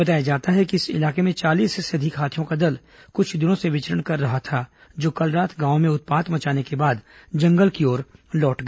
बताया जाता है कि इस इलाके में चालीस से अधिक हाथियों का दल कुछ दिनों से विचरण कर रहा था जो कल रात गांव में उत्पात मचाने के बाद जंगल की ओर लौट गया